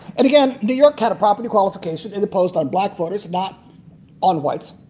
and again, new york had a property qualification it imposed on black voters, not on whites.